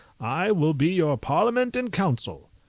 i will be your parliament and council.